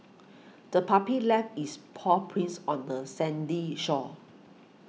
the puppy left its paw prints on the sandy shore